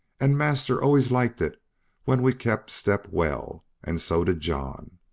and master always liked it when we kept step well, and so did john.